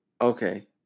Okay